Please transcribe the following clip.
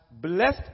blessed